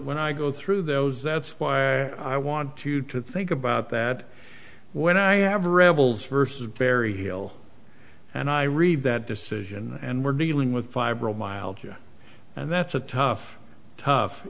when i go through those that's why i want you to think about that when i have rebels versus perry heal and i read that decision and we're dealing with fibro mild and that's a tough tough